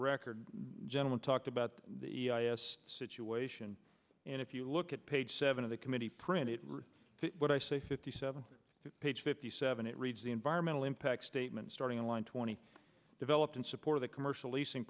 record gentlemen talked about the situation and if you look at page seven of the committee printed what i say fifty seven page fifty seven it reads the environmental impact statement starting in line twenty developed in support of the commercial leasing